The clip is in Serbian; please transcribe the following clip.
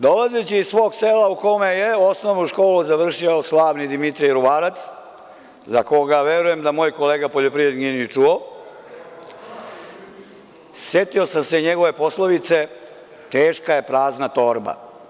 Dolazeći iz svog sela u kome je osnovnu školu završio slavni Dimitrije Ruvarac, za koga verujem da moj kolega poljoprivrednik nije ni čuo, setio sam se njegove poslovice – teška je prazna torba.